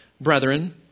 brethren